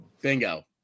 bingo